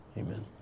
amen